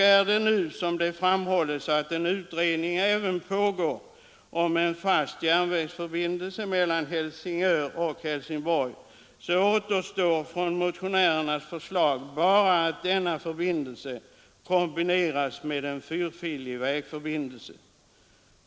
Är det nu så, som det framhålles, att utredning även pågår om fast järnvägsförbindelse mellan Helsingör och Helsingborg, återstår av motionärernas förslag bara att denna förbindelse kombineras med en fyrfilig vägförbindelse.